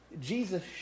Jesus